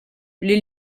les